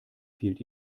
fehlt